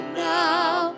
now